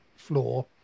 floor